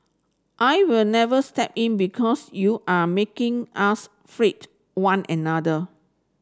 I will never step in because you are making us freight one another